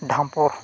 ᱰᱷᱟᱢᱯᱩ